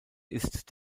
ist